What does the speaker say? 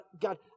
God